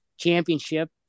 championship